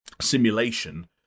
simulation